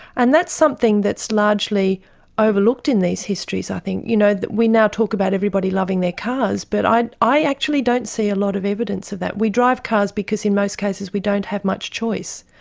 and that's something that's largely overlooked in these histories i think, you know, we now talk about everybody loving their cars, but i i actually don't see a lot of evidence of that. we drive cars because in most cases we don't have much choice.